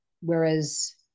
whereas